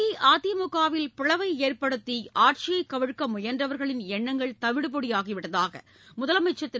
அஇஅதிமுகவில் பிளவை ஏற்படுத்தி ஆட்சியை கவிழ்க்க முயன்றவர்களின் எண்ணங்கள் தவிடுபொடியாகிவிட்டதாக முதலமைச்சர் திரு